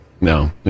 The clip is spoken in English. No